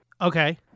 Okay